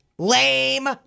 Lame